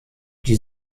die